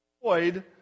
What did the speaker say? Avoid